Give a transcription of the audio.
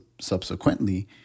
subsequently